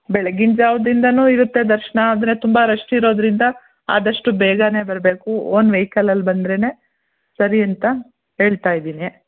ಬೆಳ್ಗಿನ ಜಾವದಿಂದನೂ ಇರುತ್ತೆ ದರ್ಶನ ಆದರೆ ತುಂಬ ರಶ್ ಇರೋದರಿಂದ ಆದಷ್ಟು ಬೇಗಾನೆ ಬರಬೇಕು ಓನ್ ವೆಯ್ಕಲಲ್ಲಿ ಬಂದರೇನೇ ಸರಿ ಅಂತ ಹೇಳ್ತಾ ಇದ್ದೀನಿ